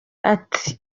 ati